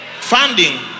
Funding